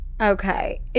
Okay